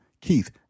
Keith